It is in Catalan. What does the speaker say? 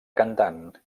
cantant